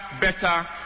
better